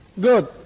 Good